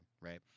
Right